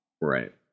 Right